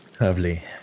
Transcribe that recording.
Lovely